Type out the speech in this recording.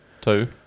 Two